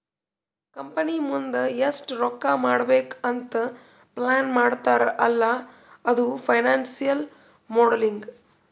company ಮುಂದ್ ಎಷ್ಟ ರೊಕ್ಕಾ ಮಾಡ್ಬೇಕ್ ಅಂತ್ ಪ್ಲಾನ್ ಮಾಡ್ತಾರ್ ಅಲ್ಲಾ ಅದು ಫೈನಾನ್ಸಿಯಲ್ ಮೋಡಲಿಂಗ್